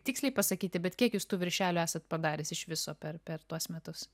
tiksliai pasakyti bet kiek jūs tų viršelių esat padaręs iš viso per per tuos metus